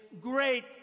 great